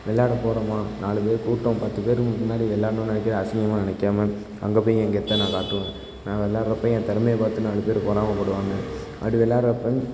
விளாட போகிறோம நாலு பேர் கூட்டம் பத்து பேர் முன்னாடி விளாடணுன்னு நினைக்கிறத அசிங்கமாக நினைக்காம அங்கே போய் என் கெத்தை நான் காட்டுவேன் நான் விளாட்றப்ப என் திறமைய பார்த்து நாலு பேர் பொறாமைப்படுவாங்க அப்படி விளாட்றப்ப